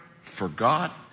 forgot